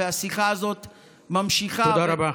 והשיחה הזאת ממשיכה --- תודה רבה.